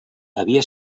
havia